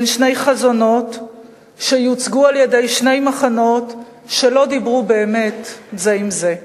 בין שני חזונות שיוצגו על-ידי שני מחנות שלא דיברו באמת זה עם זה.